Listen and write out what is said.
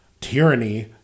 tyranny